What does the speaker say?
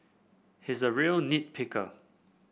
he is a real nit picker